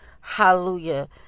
Hallelujah